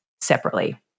separately